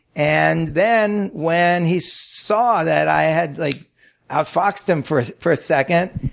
and then when he saw that i had like outfoxed him for for a second,